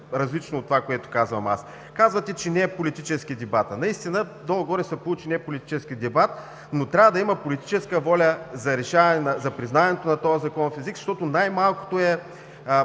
различно от това, което казвам аз. Казвате, че не е политически дебатът. Наистина горе-долу се получи неполитически дебат, но трябва да има политическа воля за законовото признаване на този език, защото най-малкото е